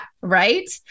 right